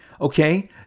okay